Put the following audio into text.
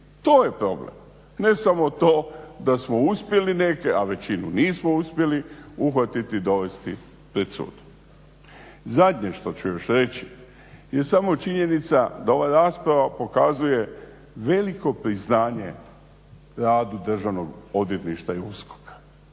To je problem. Ne samo to da smo uspjeli neke, a većinu nismo uspjeli uhvatiti i dovesti pred sud. Zadnje što ću još reći je samo činjenica da ova rasprava pokazuje veliko priznanje radu Državnog odvjetništva i USKOK-a.